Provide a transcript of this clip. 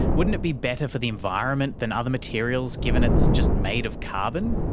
wouldn't it be better for the environment than other materials given it's just made of carbon?